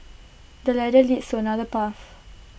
the ladder leads to another path